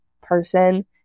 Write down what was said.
person